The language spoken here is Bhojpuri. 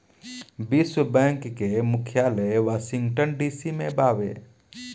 विश्व बैंक के मुख्यालय वॉशिंगटन डी.सी में बावे